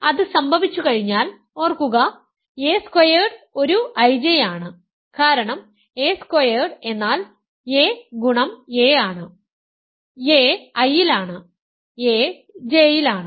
അത് സംഭവിച്ചുകഴിഞ്ഞാൽ ഓർക്കുക a സ്ക്വയർഡ് ഒരു IJ ആണ് കാരണം a സ്ക്വയർഡ് എന്നാൽ axa ആണ് a I യിൽ ആണ് a J യിൽ ആണ്